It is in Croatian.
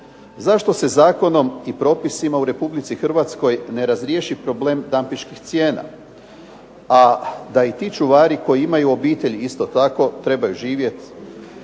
Zašto se zakonom i propisima u Republici Hrvatskoj ne razriješi problem dampinških cijena? A da i ti čuvari koji imaju obitelj isto tako trebaju živjeti,